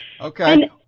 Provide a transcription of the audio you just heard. okay